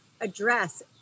address